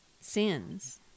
sins